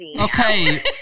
Okay